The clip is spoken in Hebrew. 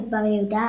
מדבר יהודה,